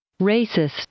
Racist